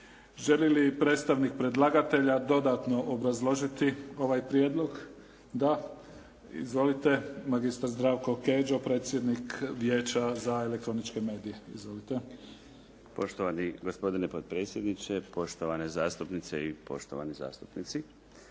Želi li predstavnik predlagatelja dodatno obrazložiti ovaj prijedlog? Da. Izvolite, magistar Zdravko Kedžo predsjednik Vijeća za elektroničke medije. Izvolite. **Kedžo, Zdravko** Poštovani gospodine potpredsjedniče, poštovane zastupnice i poštovani zastupnici.